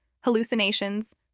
hallucinations